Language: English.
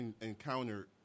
encountered